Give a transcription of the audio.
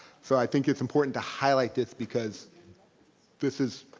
so i think it's important to highlight this because this is,